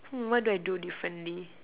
hmm what do I do differently